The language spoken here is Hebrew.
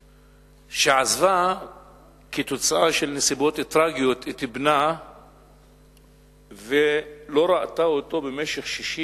שעזבה כתוצאה מנסיבות טרגיות את בנה ולא ראתה אותו במשך 62